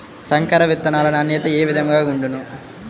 సంకర విత్తనాల నాణ్యత ఏ విధముగా ఉండును?